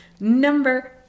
Number